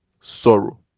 sorrow